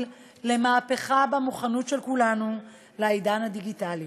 למהפכה במוכנות של כולנו לעידן הדיגיטלי